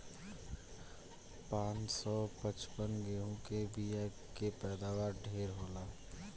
पान सौ पचपन गेंहू के बिया के पैदावार ढेरे होला